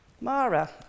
Mara